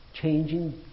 changing